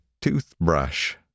toothbrush